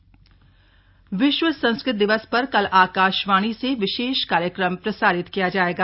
संस्कृत दिवस विश्व संस्कृत दिवस पर कल आकाशवाणी से विशेष कार्यक्रम प्रसारित किया जायेगा